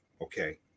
okay